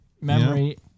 memory